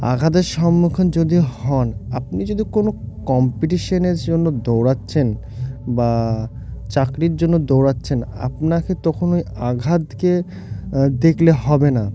আঘাতের সম্মুখীন যদি হন আপনি যদি কোনো কম্পিটিশানের জন্য দৌড়াচ্ছেন বা চাকরির জন্য দৌড়াচ্ছেন আপনাকে তখন ওই আঘাতকে দেখলে হবে না